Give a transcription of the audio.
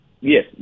Yes